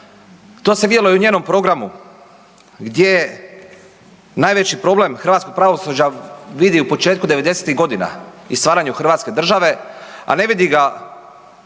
To se vidjelo i u njenom programu gdje najveći problem hrvatskog pravosuđa vidi u početku 90-tih godina i stvaranju Hrvatske države, a ne vidi ga